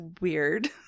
weird